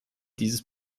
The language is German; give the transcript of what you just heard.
dieses